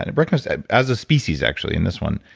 and wrecking us as a species, actually, in this one,